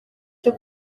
cyo